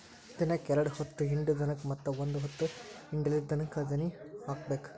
ದಿನಕ್ಕ ಎರ್ಡ್ ಹೊತ್ತ ಹಿಂಡು ದನಕ್ಕ ಮತ್ತ ಒಂದ ಹೊತ್ತ ಹಿಂಡಲಿದ ದನಕ್ಕ ದಾನಿ ಹಾಕಬೇಕ